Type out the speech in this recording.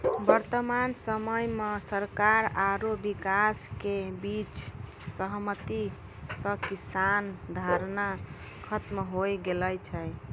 वर्तमान समय मॅ सरकार आरो किसान के बीच सहमति स किसान धरना खत्म होय गेलो छै